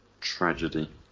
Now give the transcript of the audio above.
tragedy